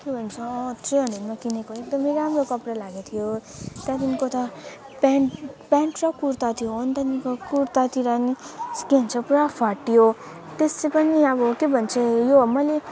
के भन्छ थ्री हन्ड्रेडमा किनेको एकदम राम्रो कपडा लागेको थियो त्यहाँदेखिको त प्यान्ट प्यान्ट र कुर्ता थियो अनि त्यहाँको कुर्तातिर पनि के भन्छ पुरा फाट्यो त्यसै पनि अब के भन्छ यो मैले